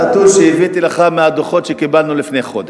הנתון שהבאתי לך הוא מהדוחות שקיבלנו לפני חודש.